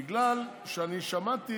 בגלל ששמעתי